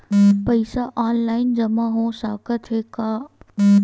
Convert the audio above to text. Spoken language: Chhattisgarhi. पईसा ऑनलाइन जमा हो साकत हे का?